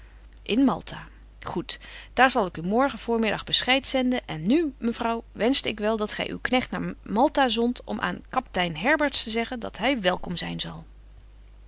in maltha goed daar zal ik u morgen voormiddag bescheid zenden en nu mevrouw wenschte ik wel dat gy uw knegt naar maltha zondt om aan kaptein herberts te zeggen dat hy welkom zyn zal